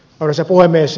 arvoisa puhemies